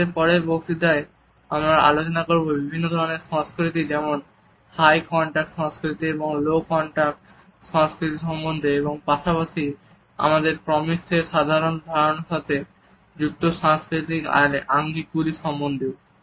আমাদের পরের বক্তৃতায় আমরা আলোচনা করব বিভিন্ন ধরনের সংস্কৃতি যেমন হাই কন্টাক্ট সংস্কৃতি এবং লো কন্টাক্ট সংস্কৃতি সম্বন্ধে এবং পাশাপাশি আমাদের প্রক্সেমিকসের ধারণার সাথে যুক্ত সাংস্কৃতিক আঙ্গিকগুলি সমন্ধেও